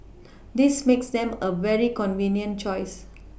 this makes them a very convenient choice